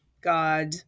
God